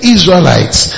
Israelites